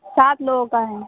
सात लोगों का हैं